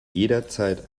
jederzeit